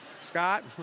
Scott